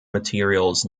materials